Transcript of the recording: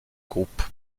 groupe